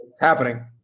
happening